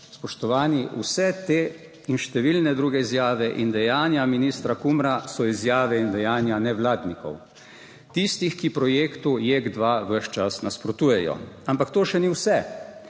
spoštovani, vse te in številne druge izjave in dejanja ministra Kumra so izjave in dejanja nevladnikov. Tistih, ki projektu Jek 2 ves čas nasprotujejo. Ampak to še ni vse.